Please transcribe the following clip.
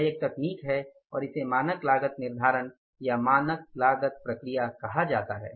यह एक तकनीक है और इसे मानक लागत निर्धारण या मानक लागत प्रक्रिया कहा जाता है